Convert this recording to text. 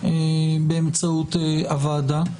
באמצעות הוועדה,